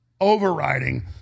overriding